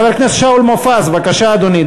חבר הכנסת שאול מופז, בבקשה, אדוני.